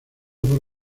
por